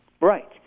Right